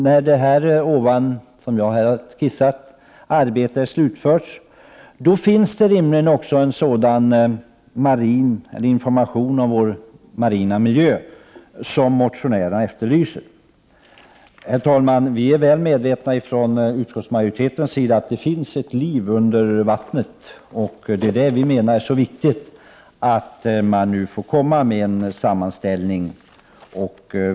När det arbete jag nyss har skissat är slutfört finns det rimligen också en sådan information om vår marina miljö som motionärerna efterlyser. Herr talman! Utskottsmajoriteten är väl medveten om att det finns ett liv under vattnet. Det menar vi är så viktigt att man nu gör en sammanställning av uppgifter.